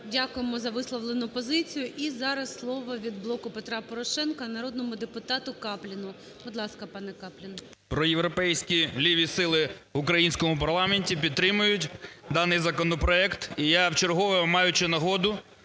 Дякуємо за висловлену позицію. І зараз слово від "Блоку Петра Порошенка" народному депутату Капліну. Будь ласка, пане Каплін. 13:28:39 КАПЛІН С.М. Проєвропейські ліві сили в українському парламенті підтримують даний законопроект. І я в чергове, маючи нагоду,